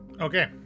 Okay